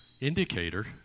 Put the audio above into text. indicator